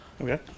Okay